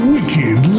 Wicked